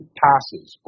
passes